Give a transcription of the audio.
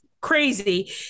crazy